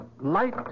Light